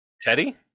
Teddy